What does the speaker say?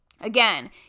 Again